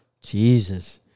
Jesus